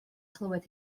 chlywed